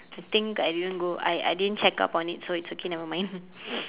to think I didn't go I I didn't check up on it so it's okay nevermind